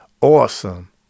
awesome